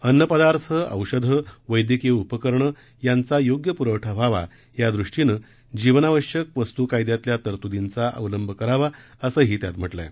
अन्नपदार्थ औषधं वस्क्रीय उपकरणं यांचा योग्य पुरवठा व्हावा यादृष्टीनं जीवनावश्यक वस्तू कायद्यातल्या तरतुरींचा अवलंब करावा असंही त्यात म्हटलंय